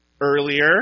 Earlier